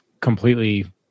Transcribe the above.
completely